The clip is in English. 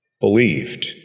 believed